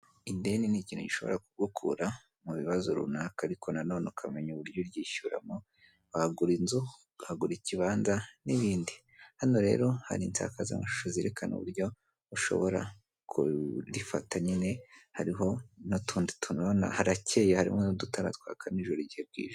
Ideni ni ikintu gishobora kugukura mu bibazo runaka ariko na none ukamenya uburyo uryishyumo wagura inzu, ukagura ikinza n'ibindi .Hano rero hari insakazamashusho zerekana uburyo ushobora kurifata nyine hariho n'utundi urabona harakeye harimo n'udutara twaka nijoro igihe bwije.